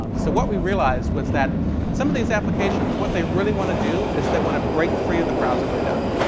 um so what we realized was that some of these applications what they really want to do is they want to break free of the browser window.